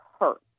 hurt